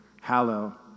hallow